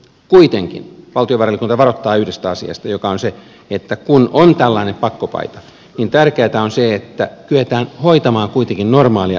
kuitenkin valtiovarainvaliokunta varoittaa yhdestä asiasta joka on se että kun on tällainen pakkopaita niin tärkeätä on se että kyetään hoitamaan kuitenkin normaalia suhdannepolitiikkaa